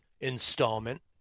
installment